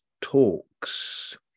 talks